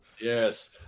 yes